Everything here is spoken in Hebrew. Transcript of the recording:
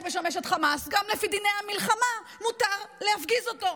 גם לפי דיני המלחמה מותר להפגיז אותו,